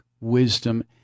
wisdom